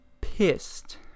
pissed